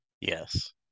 Yes